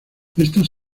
estas